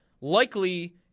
likely